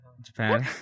Japan